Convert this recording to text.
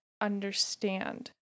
understand